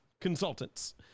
consultants